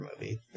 movie